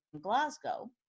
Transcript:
Glasgow